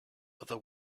other